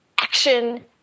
action